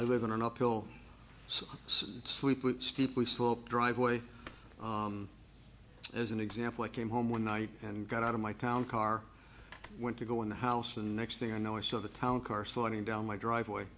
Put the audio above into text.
i live in an uphill so sleep with steeply sloped driveway as an example i came home one night and got out of my town car went to go in the house and next thing i know i saw the town car sliding down my driveway